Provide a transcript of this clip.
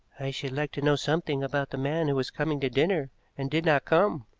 i should like to know something about the man who was coming to dinner and did not come,